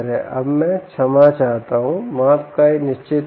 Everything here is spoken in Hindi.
अब मैं क्षमा चाहता हूँ माप का यह निश्चित क्षेत्र